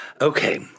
Okay